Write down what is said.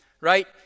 Right